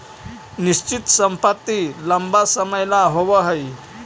निश्चित संपत्ति लंबा समय ला होवऽ हइ